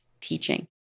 teaching